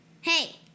hey